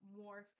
more